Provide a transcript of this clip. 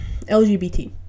LGBT